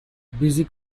busy